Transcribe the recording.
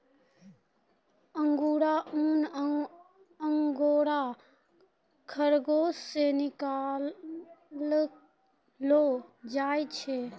अंगुरा ऊन अंगोरा खरगोस से निकाललो जाय छै